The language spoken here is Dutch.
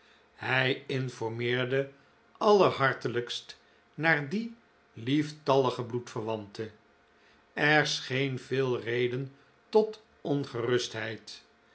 hij informeerde allerhartelijkst naar die lieftallige bloedverwante er scheen veel reden tot ongerustheid